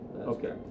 Okay